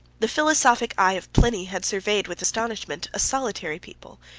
the philosophic eye of pliny had surveyed with astonishment a solitary people,